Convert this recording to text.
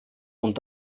und